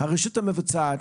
הרשות המבצעת